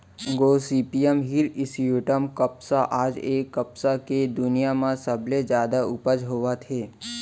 Gossypium hirsutum कपसा आज ए कपसा के दुनिया म सबले जादा उपज होवत हे